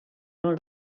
olnud